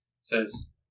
says